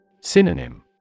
Synonym